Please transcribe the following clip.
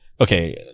okay